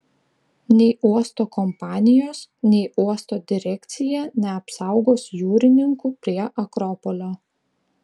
nei uosto kompanijos nei uosto direkcija neapsaugos jūrininkų prie akropolio